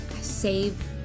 save